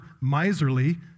miserly